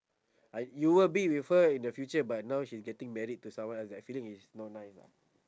ah you will be with her in the future but now she's getting married to someone else that feeling is not nice ah